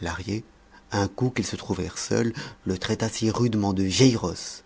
lahrier un coup qu'ils se trouvèrent seuls le traita si rudement de vieille rosse